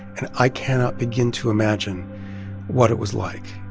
and i cannot begin to imagine what it was like